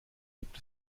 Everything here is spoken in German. gibt